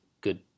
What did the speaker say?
good